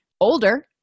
older